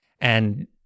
And-